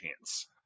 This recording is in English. chance